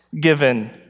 given